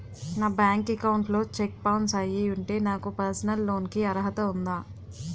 నా bank account లో check bounce అయ్యి ఉంటే నాకు పర్సనల్ లోన్ కీ అర్హత ఉందా?